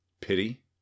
pity